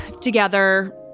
together